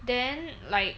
then like